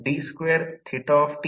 2 Ω आणि 6 Ω आहेत